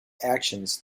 actions